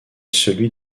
celui